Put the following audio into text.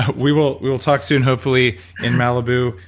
we will we will talk soon, hopefully in malibu,